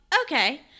okay